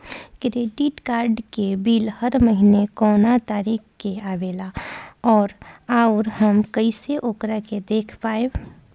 Credit card के bill हर महीना कौना तारीक के आवेला और आउर हम कइसे ओकरा के देख पाएम?